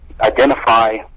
identify